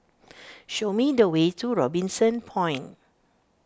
show me the way to Robinson Point